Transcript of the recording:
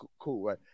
cool